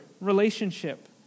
relationship